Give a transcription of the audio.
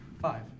Five